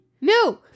no